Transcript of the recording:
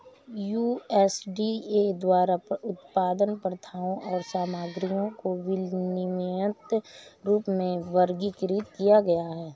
USDA द्वारा उत्पादन प्रथाओं और सामग्रियों को विनियमित रूप में वर्गीकृत किया गया है